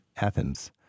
Athens